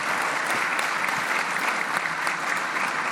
(מחיאות כפיים)